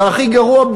והכי גרוע,